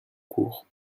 cours